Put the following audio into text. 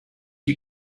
you